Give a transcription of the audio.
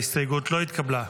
ההסתייגות לא התקבלה.